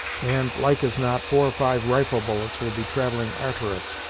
and, like as not, four or five rifle bullets would be travelling arter us,